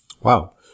Wow